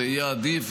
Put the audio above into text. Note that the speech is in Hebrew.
זה יהיה עדיף.